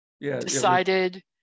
decided